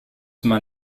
man